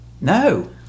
No